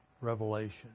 revelation